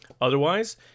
Otherwise